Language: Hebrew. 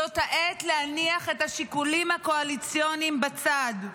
זאת העת להניח את השיקולים הקואליציוניים בצד.